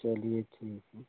चलिए ठीक है